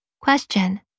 Question